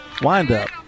windup